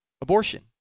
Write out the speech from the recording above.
abortion